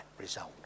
result